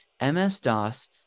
MS-DOS